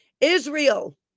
Israel